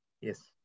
Yes